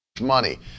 money